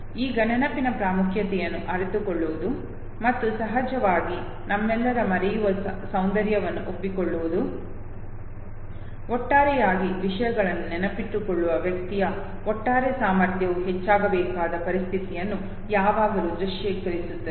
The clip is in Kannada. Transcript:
ಈಗ ನೆನಪಿನ ಪ್ರಾಮುಖ್ಯತೆಯನ್ನು ಅರಿತುಕೊಳ್ಳುವುದು ಮತ್ತು ಸಹಜವಾಗಿ ನಮ್ಮನ್ನೆಲ್ಲ ಮರೆಯುವ ಸೌಂದರ್ಯವನ್ನು ಒಪ್ಪಿಕೊಳ್ಳುವುದು ಒಟ್ಟಾರೆಯಾಗಿ ವಿಷಯಗಳನ್ನು ನೆನಪಿಟ್ಟುಕೊಳ್ಳುವ ವ್ಯಕ್ತಿಯ ಒಟ್ಟಾರೆ ಸಾಮರ್ಥ್ಯವು ಹೆಚ್ಚಾಗಬೇಕಾದ ಪರಿಸ್ಥಿತಿಯನ್ನು ಯಾವಾಗಲೂ ದೃಶ್ಯೀಕರಿಸುತ್ತದೆ